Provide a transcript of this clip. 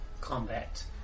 combat